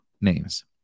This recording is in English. names